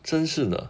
真是的